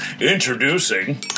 Introducing